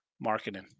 Marketing